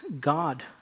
God